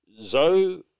Zoe